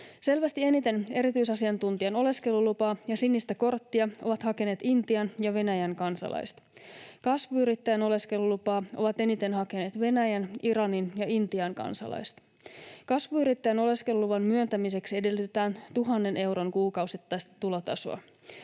Selvästi eniten eri-tyisasiantuntijan oleskelulupaa ja sinistä korttia ovat hakeneet Intian ja Venäjän kansalaiset. Kasvuyrittäjän oleskelulupaa ovat eniten hakeneet Venäjän, Iranin ja Intian kansalaiset. Kasvuyrittäjän oleskeluluvan myöntämiseksi edellytetään 1 000 euron kuukausittaista tulotasoa.